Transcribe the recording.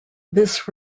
this